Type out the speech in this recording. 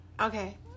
Okay